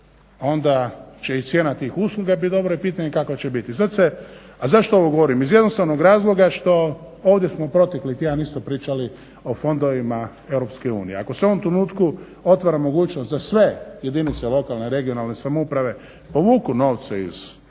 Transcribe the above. onda će i cijena tih usluga bit dobra i pitanje je kakva će biti. A zašto ovo govorim, iz jednostavnog razloga što ovdje smo protekli tjedan isto pričali o fondovima Europske unije. Ako se u ovom trenutku otvara mogućnost za sve jedinice lokalne regionalne samouprave povuku novce iz